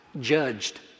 Judged